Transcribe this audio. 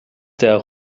der